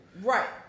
Right